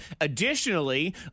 additionally